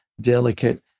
delicate